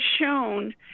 shown